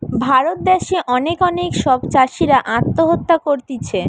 ভারত দ্যাশে অনেক অনেক সব চাষীরা আত্মহত্যা করতিছে